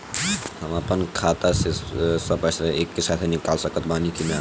हम आपन खाता से सब पैसा एके साथे निकाल सकत बानी की ना?